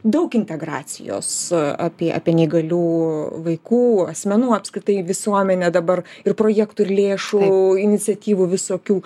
daug integracijos apie apie neįgalių vaikų asmenų apskritai visuomenę dabar ir projektų ir lėšų iniciatyvų visokių